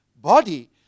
Body